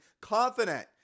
confident